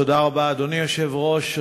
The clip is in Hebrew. תודה רבה, אדוני היושב-ראש.